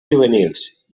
juvenils